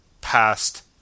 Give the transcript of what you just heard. past